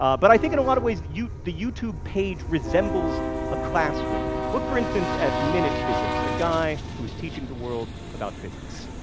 um but i think in a lot of ways, the youtube page resembles a classroom. look for instance at minute physics, a guy who's teaching the world about physics.